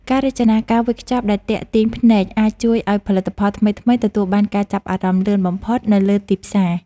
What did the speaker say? ការរចនាការវេចខ្ចប់ដែលទាក់ទាញភ្នែកអាចជួយឱ្យផលិតផលថ្មីៗទទួលបានការចាប់អារម្មណ៍លឿនបំផុតនៅលើទីផ្សារ។